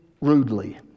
rudely